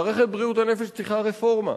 מערכת בריאות הנפש צריכה רפורמה.